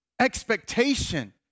expectation